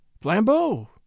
Flambeau